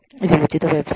ఇది ఉచిత వెబ్సైట్